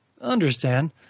Understand